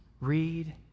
read